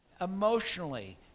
emotionally